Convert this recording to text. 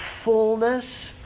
fullness